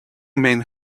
men